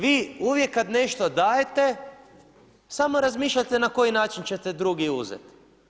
Vi uvijek kad nešto dajete, samo razmišljate na koji način ćete drugi uzeti.